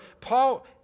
Paul